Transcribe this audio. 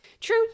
true